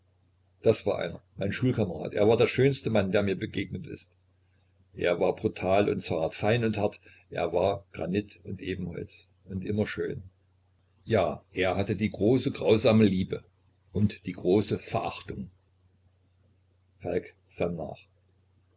da war einer mein schulkamerad er war der schönste mensch der mir begegnet ist er war brutal und zart fein und hart er war granit und ebenholz und immer schön ja er hatte die große grausame liebe und die große verachtung falk sann nach